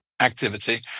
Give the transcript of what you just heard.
activity